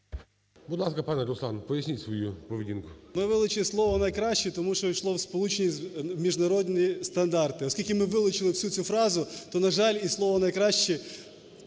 Будь ласка, пане Руслан, поясніть свою поведінку. 16:43:28 КНЯЗЕВИЧ Р.П. Ми вилучили слово "найкращі", тому що йшло сполучені міжнародні стандарти. Оскільки ми вилучили всю цю фразу, то, на жаль, і слово "найкращі"